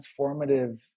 transformative